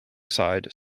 side